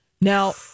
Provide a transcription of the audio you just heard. now